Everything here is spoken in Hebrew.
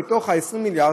מתוך ה-20 מיליארד,